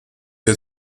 der